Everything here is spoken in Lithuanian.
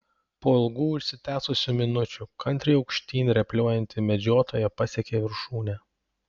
po ilgų užsitęsusių minučių kantriai aukštyn rėpliojanti medžiotoja pasiekė viršūnę